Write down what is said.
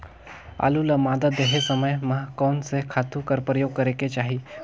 आलू ल मादा देहे समय म कोन से खातु कर प्रयोग करेके चाही?